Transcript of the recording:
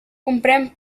comprèn